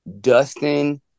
Dustin